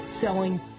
selling